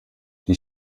die